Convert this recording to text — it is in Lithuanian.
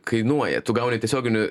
kainuoja tu gauni tiesioginių